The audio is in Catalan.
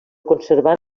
conservant